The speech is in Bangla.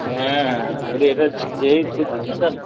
হ্যাঁ বলি এটা যেইই কোচিং সেন্টার